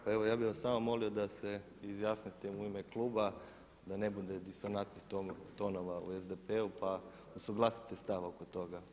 Pa evo ja bih vas samo molio da se izjasnite u ime kluba da ne bude disonantnih tonova u SDP-u pa usuglasite stav oko toga.